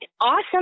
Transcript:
awesome